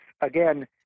again